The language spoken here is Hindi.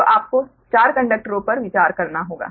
तो आपको 4 कंडक्टरों पर विचार करना होगा